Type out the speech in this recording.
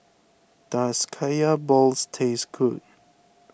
does Kaya Balls taste good